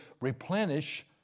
replenish